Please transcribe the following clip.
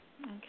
Okay